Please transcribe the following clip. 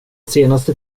senaste